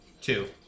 Two